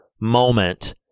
moment